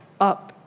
up